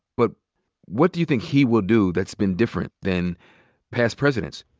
but what do you think he will do that's been different than past presidents?